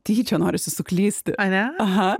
tyčia norisi suklysti ane aha